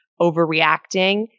overreacting